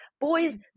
boys